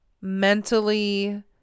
mentally